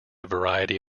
variety